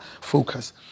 focus